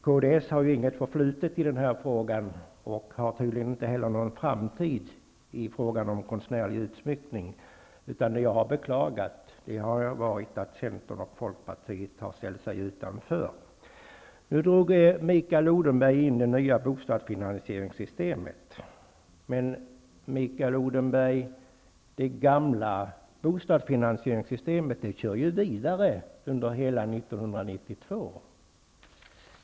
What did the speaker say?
Kds har inget förflutet i den här frågan, och har tydligen inte heller någon framtid i frågan om konstnärlig utsmyckning. Vad jag har beklagat är att Centern och Folkpartiet har ställt sig utanför. Mikael Odenberg drog nu in det nya bostadfinansieringssystemet. Men, Mikael Odenberg, det gamla bostadsfinansieringssystemet kör ju vidare under hela 1992.